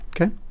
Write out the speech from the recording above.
Okay